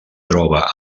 troba